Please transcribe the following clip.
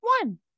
one